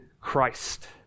Christ